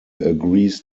agrees